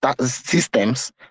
systems